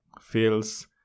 feels